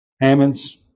Hammonds